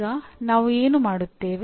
ಈಗ ನಾವು ಏನು ಮಾಡುತ್ತೇವೆ